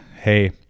hey